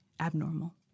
abnormal